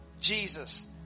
Jesus